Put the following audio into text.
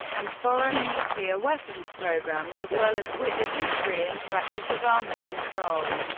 and foreign nuclear weapons programs as well as with the history and practice of arms control,